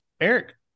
eric